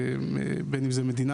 בין אם זו המדינה,